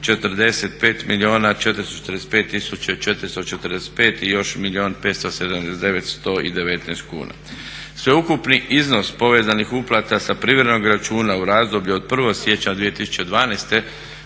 milijun 579 119 tisuća kuna. Sveukupni iznos povezanih uplata sa privremenog računa u razdoblju od 1. siječnja 2012.